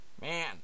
man